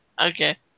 Okay